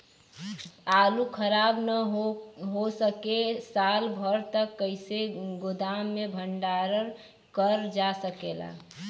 आलू खराब न हो सके साल भर तक कइसे गोदाम मे भण्डारण कर जा सकेला?